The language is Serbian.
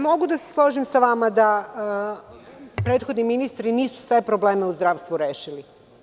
Ja mogu da se složim sa vama da prethodni ministri nisu sve probleme u zdravstvu rešili.